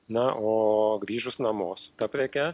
na o grįžus namo su ta preke